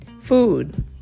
Food